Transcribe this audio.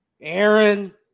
Aaron